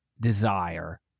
desire